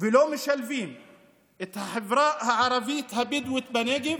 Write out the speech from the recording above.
ולא משלבים את החברה הערבית הבדואית בנגב,